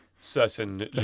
certain